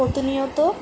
প্রতিনিয়ত